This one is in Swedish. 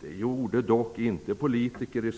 Det gjorde dock inte politiker i